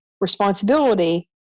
responsibility